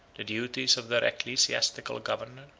the duties of their ecclesiastical governor.